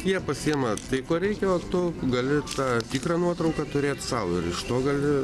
jie pasiima tai ko reikia o tu gali tą tikrą nuotrauką turėt sau ir iš to gali